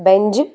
Benz